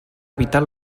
evitar